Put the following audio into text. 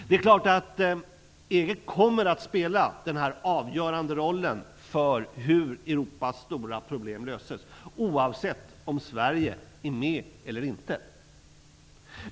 Det är klart att EG kommer att spela den här avgörande rollen för hur Europas stora problem löses oavsett om Sverige är med eller inte.